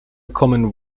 common